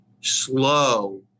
slow